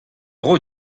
dro